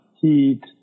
heat